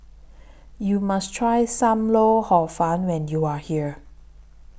YOU must Try SAM Lau Hor Fun when YOU Are here